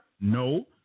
No